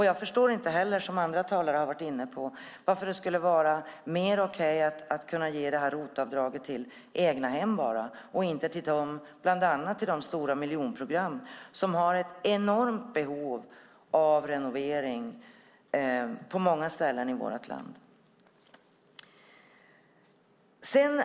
Jag förstår inte heller, som andra talare har varit inne på, varför det skulle vara mer okej att ge ROT-avdraget till egnahem än att ge det till bland annat de stora miljonprogram som har ett enormt behov av renovering på många ställen i vårt land.